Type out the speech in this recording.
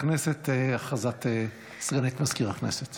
ברשותך, חברת הכנסת, הודעה לסגנית מזכיר הכנסת.